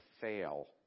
fail